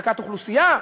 העתקת אוכלוסייה.